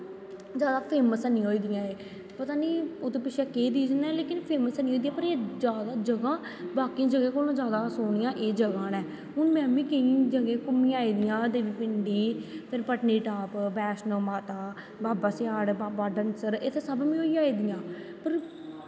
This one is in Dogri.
जैदा फेमस ऐनी होई दियां पता निं उत्त पिच्छें केह् रिज़न ऐ पर एह् जैदा जगह बाकी जगहें कोला दा जैदा सोह्नियां एह् जगह न हून में बी केईं जगह घूमी आई दी आं देवी पिंडी फिर पत्नीटॉप बैष्णों देबी बाबा स्याड़ बाबा डंसर इत्थै सब होई आई दी आं